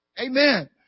Amen